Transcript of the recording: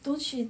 都去